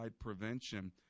Prevention